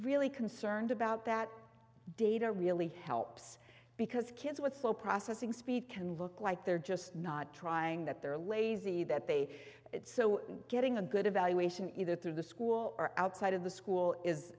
really concerned about that data really helps because kids with so processing speed can look like they're just not trying that they're lazy that they did so and getting a good evaluation either through the school or outside of the school is